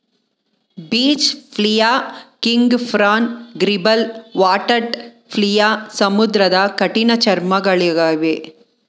beach flea, king prawn, gribble, water flea ಸಮುದ್ರದ ಕಠಿಣ ಚರ್ಮಿಗಳಗಿವೆ